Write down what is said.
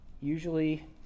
usually